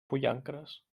pollancres